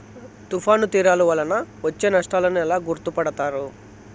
తుఫాను తీరాలు వలన వచ్చే నష్టాలను ఎలా గుర్తుపడతారు?